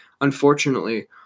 Unfortunately